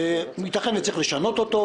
יתכן וצריך לשנות אותו,